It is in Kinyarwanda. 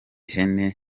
hene